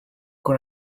con